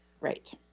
right